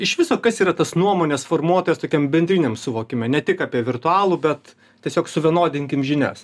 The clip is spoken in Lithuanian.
iš viso kas yra tas nuomonės formuotojas tokiam bendriniam suvokime ne tik apie virtualų bet tiesiog suvienodinkim žinias